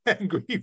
angry